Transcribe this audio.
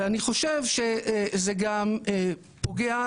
ואני חושב שזה גם פוגע,